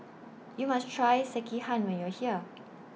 YOU must Try Sekihan when YOU Are here